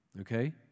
Okay